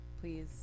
please